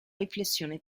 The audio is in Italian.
riflessione